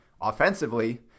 Offensively